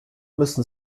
müssen